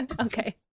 Okay